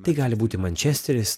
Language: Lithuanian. tai gali būti mančesteris